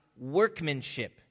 workmanship